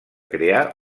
crear